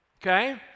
Okay